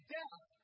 death